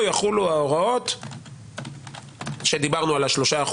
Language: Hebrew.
לא יחולו ההוראות שדיברנו על 3%,